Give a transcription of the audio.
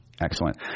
Excellent